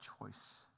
choice